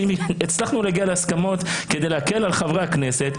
שאם הצלחנו להגיע להסכמות כדי להקל על חברי הכנסת,